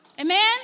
Amen